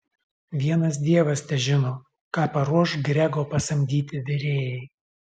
vienas dievas težino ką paruoš grego pasamdyti virėjai